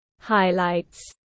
Highlights